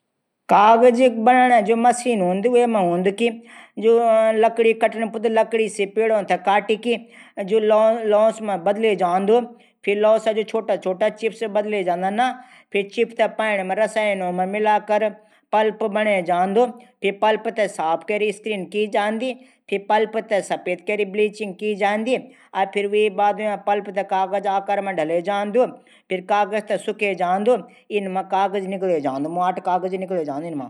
कागज बनाणा जू मसीन हूंदी। वे मा हूदी की लडकी कटणी पुडदी पेडो थै काटी की जू लॉस मा बदले जांदू लॉस का छुटा छुटा चिप्स बदले जांदा न फिर चिप्स थै रासायनिक पाणी मा मिलैकी फिर पल्प थै साफ कैरी की स्क्रीन करें जांदी और पल्प थै साफ कैरी ब्लीचिंग करे जांदी। फिर पल्प थै कागज आगार मां ढले जांदू। फिर कागजो थै सुखै जांदू।